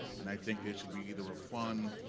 and i think there should be either a fund,